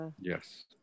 Yes